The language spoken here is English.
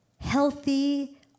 healthy